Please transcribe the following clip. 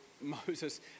Moses